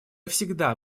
всегда